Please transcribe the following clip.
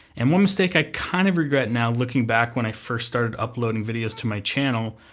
and one mistake i kind of regret now, looking back when i first started uploading videos to my channel,